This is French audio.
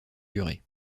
durée